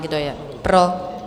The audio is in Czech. Kdo je pro?